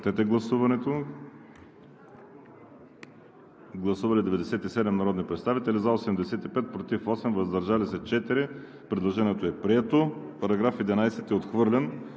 в залата. Гласували 97 народни представители: за 85, против 8, въздържали се 4. Предложението е прието. Параграф 11 е отхвърлен.